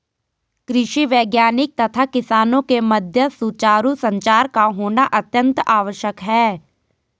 कृषि वैज्ञानिक तथा किसानों के मध्य सुचारू संचार का होना अत्यंत आवश्यक है